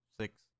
six